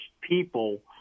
people